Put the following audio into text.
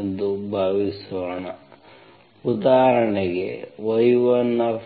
ಎಂದು ಭಾವಿಸೋಣ ಉದಾಹರಣೆಗೆ y1x1 x